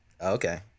Okay